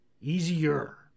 easier